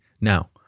Now